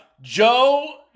Joe